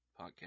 podcast